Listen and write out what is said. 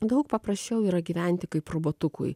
daug paprasčiau yra gyventi kaip robotukui